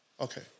Okay